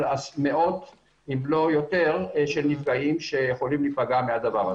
מאות אם לא יותר של נפגעים שיכולים להיפגע מזה.